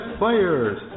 players